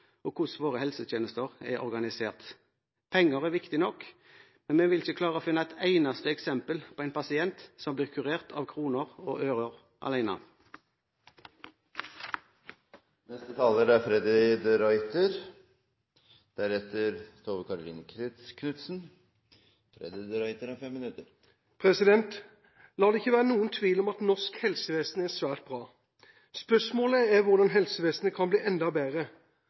til hvordan vi bruker våre ressurser, og hvordan våre helsetjenester er organisert. Penger er viktig nok, men vi vil ikke klare å finne et eneste eksempel på en pasient som blir kurert av kroner og øre alene. La det ikke være noen tvil om at norsk helsevesen er svært bra. Spørsmålet er hvordan helsevesenet kan bli enda bedre,